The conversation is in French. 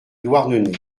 douarnenez